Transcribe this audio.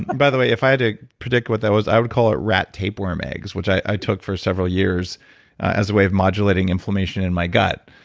by the way, if i had to predict what that was i would call it rat tapeworm eggs, which i took for several years as a way of modulating inflammation in my gut.